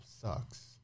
sucks